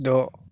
द'